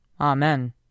Amen